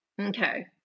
Okay